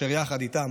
שיחד איתם